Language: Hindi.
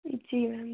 जी मैम